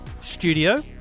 studio